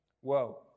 Whoa